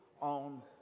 on